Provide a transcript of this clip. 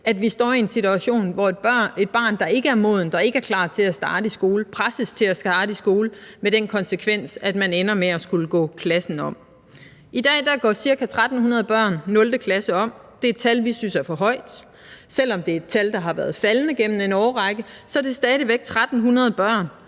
at vi står i en situation, hvor et barn, der ikke er modent og ikke er klar til at starte i skole, presses til at starte i skole med den konsekvens, at barnet ender med at skulle gå klassen om. I dag går ca. 1.300 børn 0. klasse om. Det er et tal, vi synes er for højt, og selv om det er et tal, der har været faldende gennem en årrække, er det stadig væk 1.300 børn